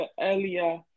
earlier